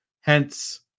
Hence